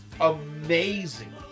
amazing